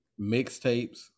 mixtapes